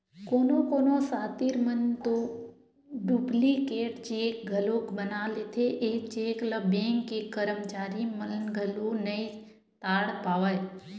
कोनो कोनो सातिर मन तो डुप्लीकेट चेक घलोक बना लेथे, ए चेक ल बेंक के करमचारी मन घलो नइ ताड़ पावय